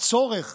הצורך